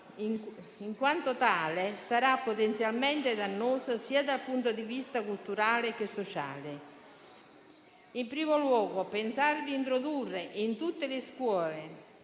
in quanto tale sarà potenzialmente dannosa sia dal punto di vista culturale che sociale. In primo luogo, pensare di introdurre in tutte le scuole